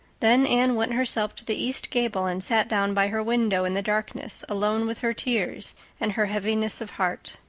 then anne went herself to the east gable and sat down by her window in the darkness alone with her tears and her heaviness of heart.